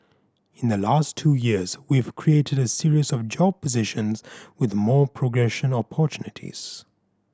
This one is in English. in the last two years we've created a series of job positions with more progression opportunities